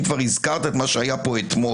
אם כבר הזכרת את מה שהיה פה אתמול,